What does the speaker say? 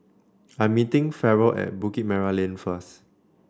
I am meeting Ferrell at Bukit Merah Lane first